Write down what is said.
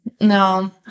No